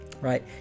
Right